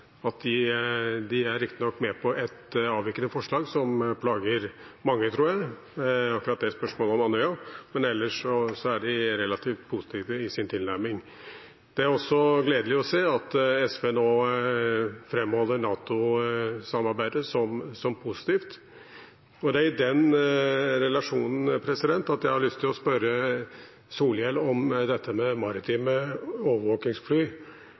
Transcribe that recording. innstillingen. De er riktig nok med på et avvikende forslag, som jeg tror plager mange, i spørsmålet om Andøya. Ellers er de relativt positiv i sin tilnærming. Det er også gledelig å se at SV nå framholder NATO-samarbeidet som positivt. Det er i den relasjonen jeg har lyst til å spørre Solhjell om dette med maritime overvåkingsfly,